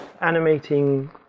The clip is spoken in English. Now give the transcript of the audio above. animating